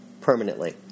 Permanently